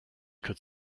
could